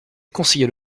conseillers